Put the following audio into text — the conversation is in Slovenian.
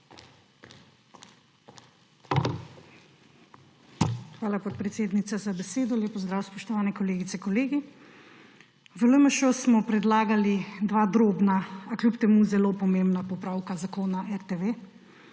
Hvala, podpredsednica, za besedo. Lep pozdrav, spoštovani kolegice, kolegi! V LMŠ smo predlagali dva drobna, a kljub temu zelo pomembna popravka zakona o RTV.